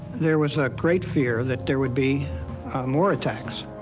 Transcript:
there was a great fear that there would be more attacks.